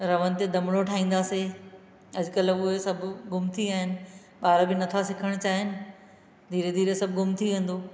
रवनि ते दमिड़ो ठाहींदासीं अॼुकल्ह उहा सभु गुमु थी विया आहिनि ॿार बि नथा सिखणु चाहिनि धीरे धीरे सभु गुमु थी वेंदो